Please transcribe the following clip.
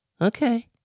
Okay